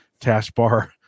taskbar